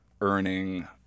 earning